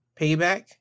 Payback